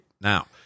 Now